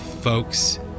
folks